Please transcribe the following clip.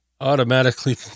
automatically